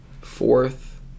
fourth